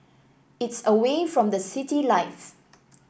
it's away from the city life